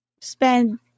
spend